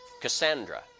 Cassandra